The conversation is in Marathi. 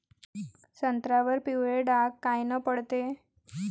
संत्र्यावर पिवळे डाग कायनं पडते?